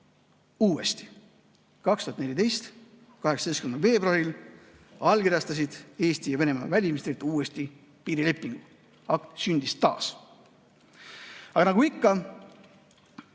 Uuesti! 2014. aastal 18. veebruaril allkirjastasid Eesti ja Venemaa välisminister uuesti piirilepingu. Akt sündis taas. Aga nagu ikka